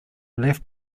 left